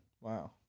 Wow